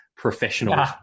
professional